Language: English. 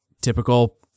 typical